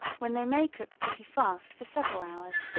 when they may cook pretty fast for several hours,